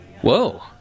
Whoa